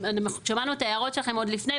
ושמענו את ההערות שלכם עוד לפני,